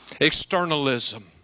Externalism